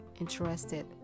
interested